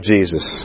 Jesus